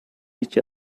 each